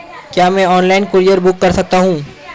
क्या मैं online courier book कर सकता हूँ?